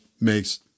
makes